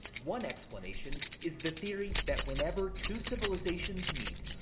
one explanation is the theory that whenever two civilizations meet,